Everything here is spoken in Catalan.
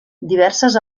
diverses